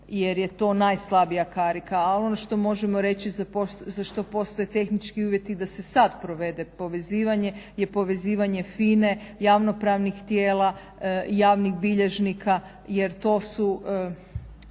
jer je to najslabija karika. Ali ono što možemo reći za što postoje tehnički uvjeti da se sad provede povezivanje je povezivanje FINA-e, javnopravnih tijela i javnih bilježnika jer to su